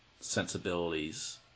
sensibilities